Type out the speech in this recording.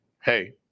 hey